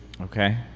Okay